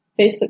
Facebook